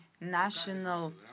national